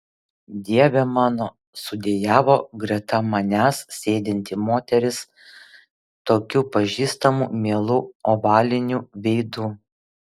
dieve mano sudejavo greta manęs sėdinti moteris tokiu pažįstamu mielu ovaliniu veidu